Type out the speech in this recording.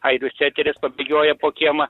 airių seteris va bėgioja po kiemą